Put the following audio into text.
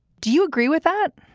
do you agree with that?